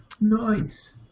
Nice